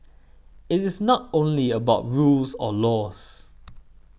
it is not only about rules or laws